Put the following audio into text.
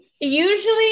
usually